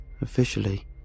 officially